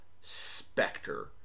specter